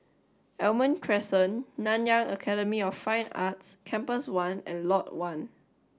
Almond Crescent Nanyang Academy of Fine Arts Campus one and Lot One